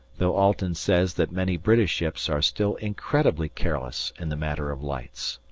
though alten says that many british ships are still incredibly careless in the matter of lights.